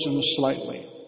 slightly